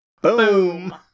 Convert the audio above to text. Boom